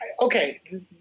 Okay